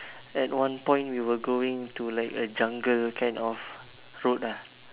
at one point we were going to like a jungle kind of road ah